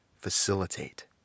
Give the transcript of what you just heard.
facilitate